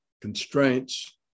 constraints